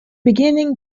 beginning